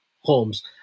homes